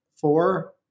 Four